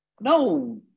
No